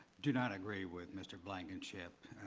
do not agree with mr. blankenship.